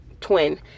twin